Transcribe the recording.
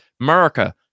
America